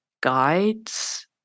guides